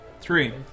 Three